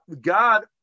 God